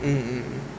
mm mm mm